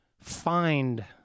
find